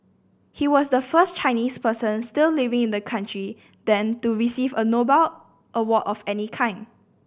he was the first Chinese person still living in the country then to receive a Nobel award of any kind